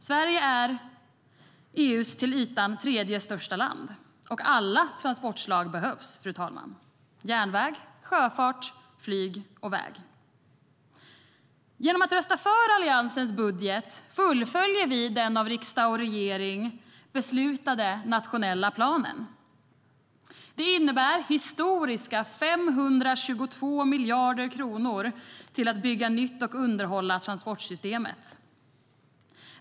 Sverige är EU:s till ytan tredje största land, och alla transportslag behövs: järnväg, sjöfart, flyg och väg. Genom att rösta för Alliansens budget fullföljer vi den av riksdag och regering beslutade nationella planen. Det innebär historiska 522 miljarder kronor till att bygga nytt och underhålla transportsystemet.